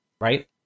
right